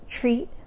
treat